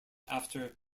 after